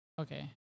Okay